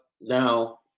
now